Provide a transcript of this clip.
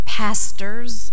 pastors